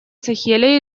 сахеля